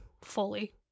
fully